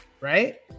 right